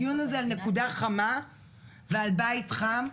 הדיון הזה הוא על נקודה חמה ועל בית חם,